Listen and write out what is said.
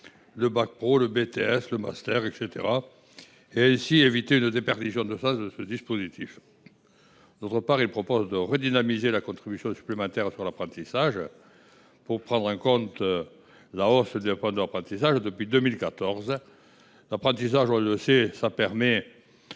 – bac pro, BTS, master, etc. –, afin d’éviter une déperdition de sens de ce dispositif. D’autre part, il a pour objet de redynamiser la contribution supplémentaire sur l’apprentissage, pour prendre en compte la hausse du développement de l’apprentissage depuis 2014. On le sait, et